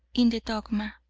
in the dogma,